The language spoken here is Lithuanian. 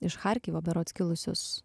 iš charkivo berods kilusius